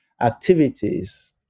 activities